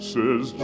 Says